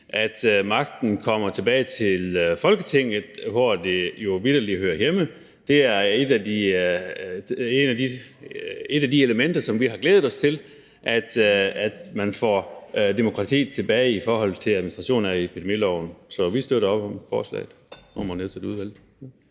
så magten kommer tilbage til Folketinget, hvor det vitterlig hører hjemme. Det er et af de elementer, som vi glæder os til: at man får demokratiet tilbage i forhold til administration af epidemiloven. Så vi støtter op om forslaget om at nedsætte udvalget.